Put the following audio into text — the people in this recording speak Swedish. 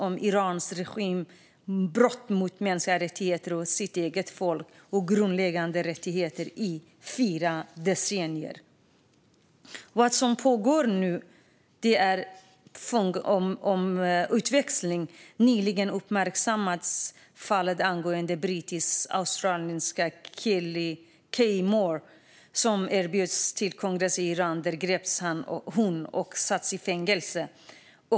Den iranska regimens brott mot sitt eget folks grundläggande mänskliga rättigheter har pågått i fyra decennier. Vad som pågår nu är fångutväxling. Nyligen uppmärksammades fallet med den australisk-brittiska religionsforskaren Kylie Moore-Gilbert, som bjöds in till en kongress i Iran där hon greps och sattes i fängelse.